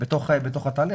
בתוך התהליך,